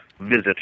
visit